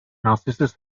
narcissus